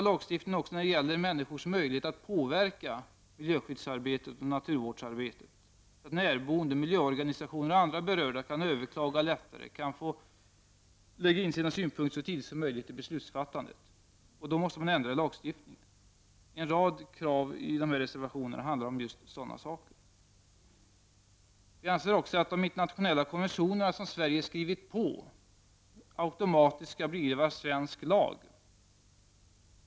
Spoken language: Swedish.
Lagstiftningen när det gäller människors möjligheter att påverka miljöskyddsarbetet och naturvårdsarbetet behöver förbättras, så att närboende, miljöorganisationer och andra berörda kan överklaga lättare och få lägga in sina synpunkter så tidigt som möjligt i beslutsfattandet. Därför måste lagstiftningen ändras. En rad krav i reservationerna handlar om just sådana saker. Vi anser också att de internationella konventioner som Sverige har skrivit på automatiskt skall bli svensk lag.